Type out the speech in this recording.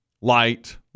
light